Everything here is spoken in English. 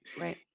Right